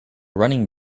running